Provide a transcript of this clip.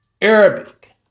Arabic